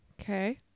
okay